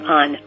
on